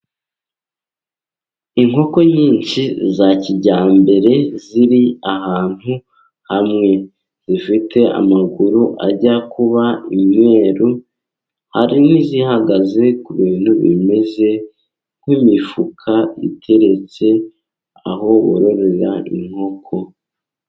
Inkoko nyinshi za kijyambere ziri ahantu hamwe. Zifite amaguru ajya kuba imyeru, hari n'izihagaze ku bintu bimeze nk'imifuka iteretse aho bororera inkoko.